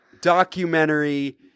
documentary